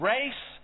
Race